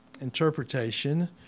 interpretation